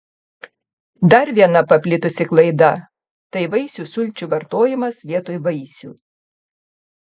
dar viena paplitusi klaida tai vaisių sulčių vartojimas vietoj vaisių